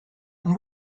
and